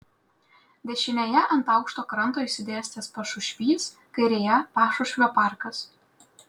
dešinėje ant aukšto kranto išsidėstęs pašušvys kairėje pašušvio parkas